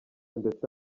ndetse